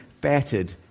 battered